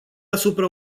asupra